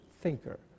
thinker